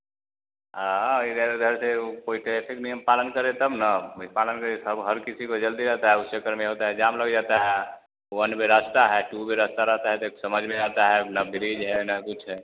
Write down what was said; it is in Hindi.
हाँ इधर उधर से वह कोई ट्रैफिक नियम पालन करे तब ना वही पालन करे तब हर किसी को जल्दी रहता है उस चक्कर में होता है जाम लग जाता है वन वह रास्ता है टू वे रास्ता रहता है तो एक समझ में आता है ना ब्रिज है न कुछ है